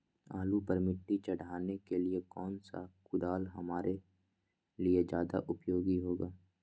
आलू पर मिट्टी चढ़ाने के लिए कौन सा कुदाल हमारे लिए ज्यादा उपयोगी होगा?